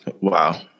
Wow